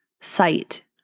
sight